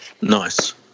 Nice